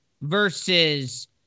versus